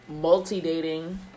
multi-dating